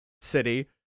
City